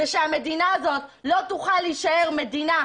זה שהמדינה הזו לא תוכל להישאר מדינת